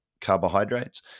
carbohydrates